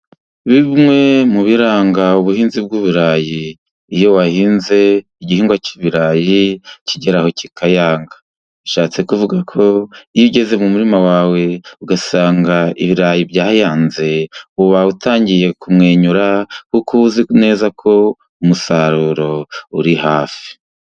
Bimwe mu biranga ubuhinzi bw'ibirayi, iyo wahinze igihingwa cy'ibirayi kigeraho kikayanga bishatse kuvugako iyo ugeze mu murima wawe ugasanga ibirayi byayanze, uba utangiye kumwenyura kuko uba uzi neza ko umusaruro uri hafi.